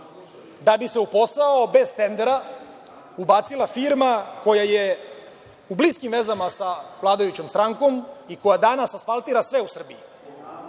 da bi se u posao bez tendera ubacila firma koja je u bliskim vezama sa vladajućom strankom i koja danas asfaltira sve u Srbiji.